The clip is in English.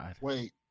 Wait